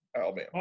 Alabama